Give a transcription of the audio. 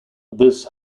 this